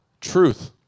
truth